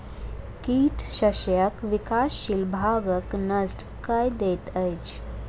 कीट शस्यक विकासशील भागक नष्ट कय दैत अछि